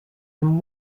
from